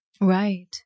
Right